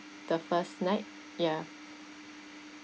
the first night ya